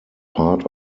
part